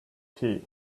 tea